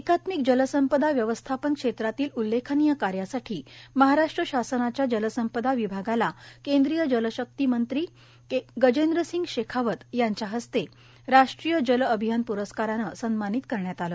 एकात्मिक जलसंपदा व्यवस्थापन क्षेत्रातील उल्लेखनीय कार्यासाठी महाराष्ट्र शासनाच्या जलसंपदा विभागाला केंद्रीय जलशक्ती मंत्री गजेंद्रसिंह शेखावत यांच्या हस्ते बाष्ट्रीय जल अभियान प्रस्काराज्ञं सन्मानित करण्यात आलं